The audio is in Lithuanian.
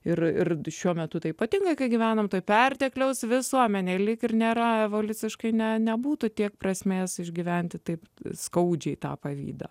ir ir šiuo metu tai ypatingai kai gyvename toje pertekliaus visuomenėje lyg ir nėra evoliuciškai ne nebūtų tiek prasmės išgyventi taip skaudžiai tą pavydą